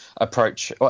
approach